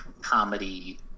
comedy